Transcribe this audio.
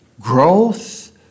growth